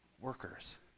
workers